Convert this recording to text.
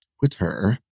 Twitter